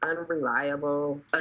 unreliable